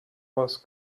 was